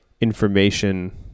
information